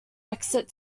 exit